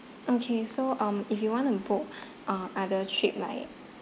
okay so um if you want to book uh other trip like